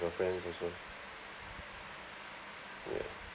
your friends also ya